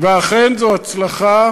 ואכן, זו הצלחה